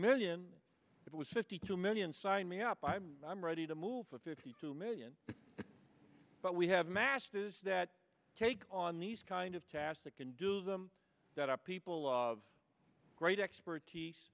million it was fifty two million sign me up i'm i'm ready to move for fifty two million but we have masters that take on these kind of tasks that can do them that are people of great expertise